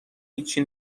هیچی